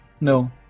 No